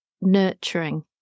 nurturing